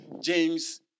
James